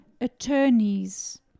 attorneys